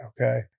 okay